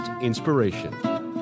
inspiration